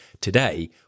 Today